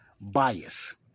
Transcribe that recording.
bias